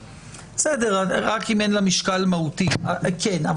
בסדר, רק אם אין לה משקל מהותי, כן.